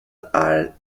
are